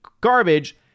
garbage